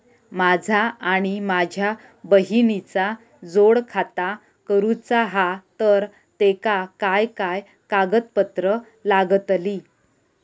माझा आणि माझ्या बहिणीचा जोड खाता करूचा हा तर तेका काय काय कागदपत्र लागतली?